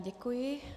Děkuji.